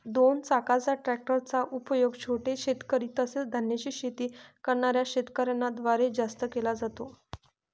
दोन चाकाच्या ट्रॅक्टर चा उपयोग छोटे शेतकरी, तसेच धान्याची शेती करणाऱ्या शेतकऱ्यांन द्वारे जास्त केला जातो